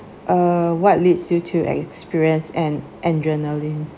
uh what leads you to experience an adrenaline